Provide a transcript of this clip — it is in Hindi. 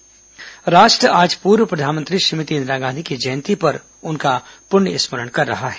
इंदिरा गांधी जयंती राष्ट्र आज पूर्व प्रधानमंत्री श्रीमती इन्दिरा गांधी की जयन्ती पर उनका पुण्य स्मरण कर रहा है